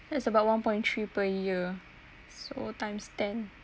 it's about one point three per year so times ten